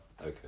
Okay